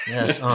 Yes